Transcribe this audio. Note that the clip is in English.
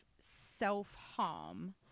self-harm